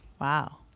Wow